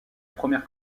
première